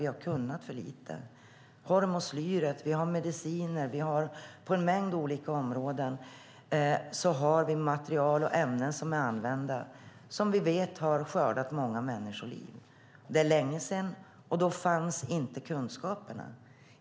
Det handlar om hormoslyret, mediciner och en mängd olika områden där vi har material och ämnen som använts som vi vet har skördat många människoliv. Det är länge sedan, och då fanns inte kunskaperna.